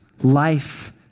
Life